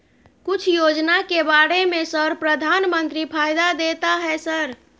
कुछ योजना के बारे में सर प्रधानमंत्री फायदा देता है सर?